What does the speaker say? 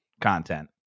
Content